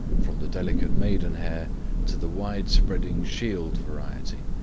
from the delicate maidenhair to the wide-spreading shield variety,